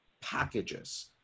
packages